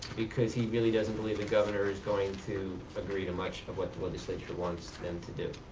because he really doesn't believe the governor is going to agree to much of what the legislature wants them to do.